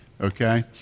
Okay